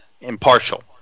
impartial